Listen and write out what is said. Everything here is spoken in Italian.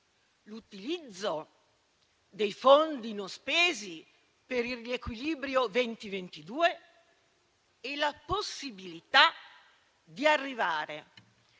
l'utilizzo dei fondi non spesi per il riequilibrio 2022 e la possibilità di arrivare